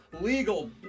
legal